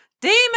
Demon